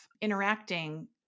Interacting